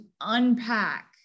unpack